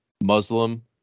Muslim